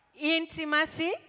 Intimacy